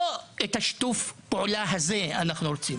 לא לשיתוף הפעולה הזה אנחנו מצפים.